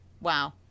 Wow